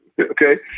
Okay